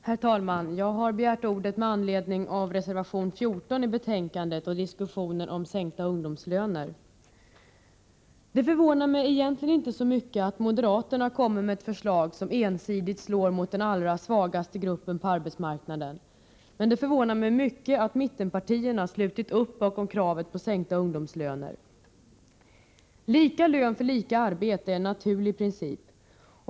Herr talman! Jag har begärt ordet med anledning av reservation 14 i betänkandet och diskussionen om sänkta ungdomslöner. Det förvånar mig egentligen inte så mycket att moderaterna kommer med ett förslag som ensidigt slår mot den allra svagaste gruppen på arbetsmarknaden, men det förvånar mig mycket att mittenpartierna slutit upp bakom kravet på sänkta ungdomslöner. Lika lön för lika arbete är en naturlig princip.